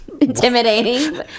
intimidating